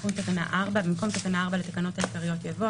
תיקון תקנה 4 במקום תקנה 4 לתקנות העיקריות יבוא: